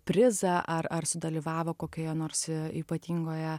prizą ar ar sudalyvavo kokioje nors ypatingoje